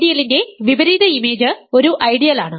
ഐഡിയലിന്റെ വിപരീത ഇമേജ് ഒരു ഐഡിയലാണ്